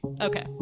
okay